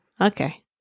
Okay